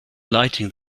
lighting